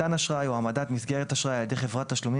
מתן אשראי או העמדת מסגרת אשראי על ידי חברת תשלומים,